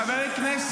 החוצה,